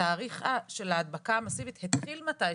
התאריך של ההדבקה המסיבית התחיל מתישהו,